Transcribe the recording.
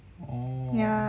ya